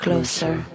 Closer